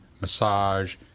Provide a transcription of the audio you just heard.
massage